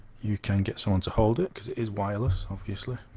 you can get someone to hold it because it is wireless obviously